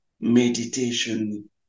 meditation